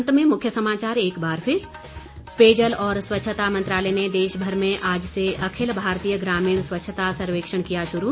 अंत में मुख्य समाचार एक बार फिर पेयजल और स्वच्छता मंत्रालय ने देशभर में आज से अखिल भारतीय ग्रामीण स्वच्छता सर्वेक्षण किया शुरू